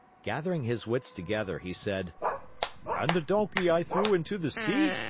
gathering his wits together, he said and the donkey i threw into the sea?